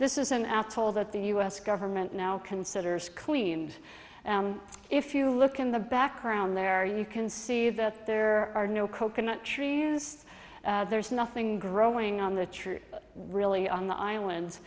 this is an atoll that the u s government now considers clean and if you look in the background there you can see that there are no coconut trees there's nothing growing on the tree really on the islands